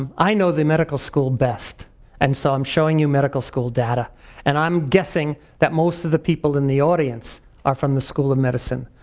um i know the medical school best and so i'm showing you medical school data and i'm guessing that most of the people in the audience are from the school of medicine,